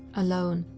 alone,